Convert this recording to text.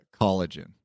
collagen